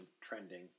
trending